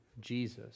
Jesus